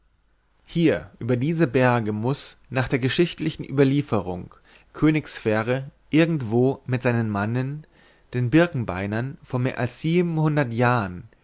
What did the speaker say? hier über diese berge muß nach der geschichtlichen überlieferung könig sverre irgendwo mit seinen mannen den birkenbeinern vor mehr als jahren